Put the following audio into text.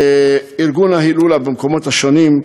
ארגון ההילולות השונות במקומות השונים,